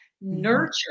nurture